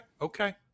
Okay